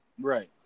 Right